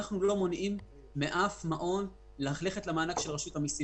אנחנו לא מונעים מאף מעון ללכת למענק של רשות המיסים.